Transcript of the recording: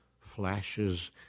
flashes